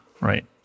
right